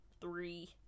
three